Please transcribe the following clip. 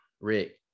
rick